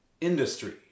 industry